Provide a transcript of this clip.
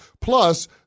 Plus